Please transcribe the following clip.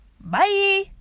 Bye